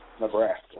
Nebraska